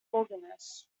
organist